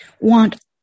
Want